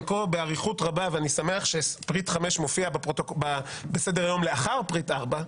באריכות כה רבה ואני שמח שפריט 5 מופיע בסדר-היום לאחר פריט 4,